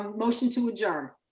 ah motion to adjourn.